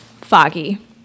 foggy